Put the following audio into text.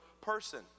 person